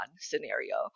scenario